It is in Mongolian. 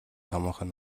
томоохон